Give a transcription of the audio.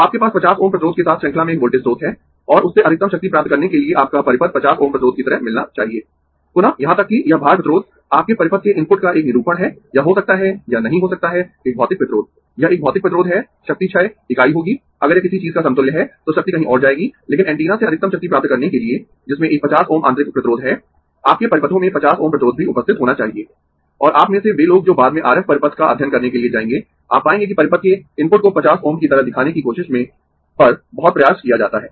तो आपके पास 50 ओम प्रतिरोध के साथ श्रृंखला में एक वोल्टेज स्रोत है और उससे अधिकतम शक्ति प्राप्त करने के लिए आपका परिपथ 50 ओम प्रतिरोध की तरह मिलना चाहिए पुनः यहाँ तक कि यह भार प्रतिरोध आपके परिपथ के इनपुट का एक निरूपण है यह हो सकता है या नहीं हो सकता है एक भौतिक प्रतिरोध यह एक भौतिक प्रतिरोध है शक्ति क्षय इकाई होगी अगर यह किसी चीज का समतुल्य है तो शक्ति कहीं और जाएगी लेकिन एंटीना से अधिकतम शक्ति प्राप्त के लिए जिसमें एक 50 ओम आंतरिक प्रतिरोध है आपके परिपथों में 50 ओम प्रतिरोध भी उपस्थित होना चाहिए और आप में से वे लोग जो बाद में R F परिपथ का अध्ययन करने के लिए जायेगें आप पाएंगें कि परिपथ के इनपुट को 50 ओम की तरह दिखाने की कोशिश में पर बहुत प्रयास किया जाता है